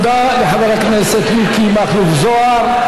תודה לחבר הכנסת מיקי מכלוף זוהר.